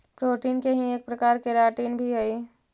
protein के ही एक प्रकार केराटिन भी हई